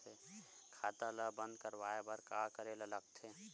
खाता ला बंद करवाय बार का करे ला लगथे?